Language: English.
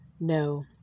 No